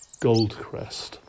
Goldcrest